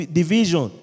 division